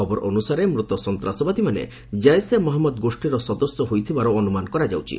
ଖବର ଅନୁସାରେ ମୃତ ସନ୍ତାସବାଦୀମାନେ ଜେିସେ ମହମ୍ମଦ ଗୋଷ୍ଠୀର ସଦସ୍ୟ ହୋଇଥିବାର ଅନୁମାନ କରାଯାଉଛି